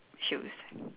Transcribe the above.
shoes